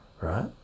right